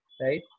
right